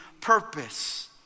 purpose